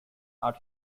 art